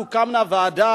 תוקם ועדה,